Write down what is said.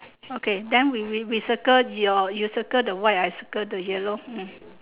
okay then we we we circle your you circle the white I circle the yellow